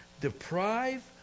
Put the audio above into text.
deprive